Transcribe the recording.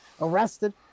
arrested